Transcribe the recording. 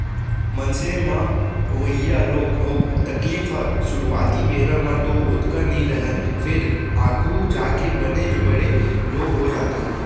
मनसे म होवइया रोग अउ तकलीफ ह सुरूवाती बेरा म तो ओतका नइ रहय फेर आघू जाके बनेच बड़े रोग हो जाथे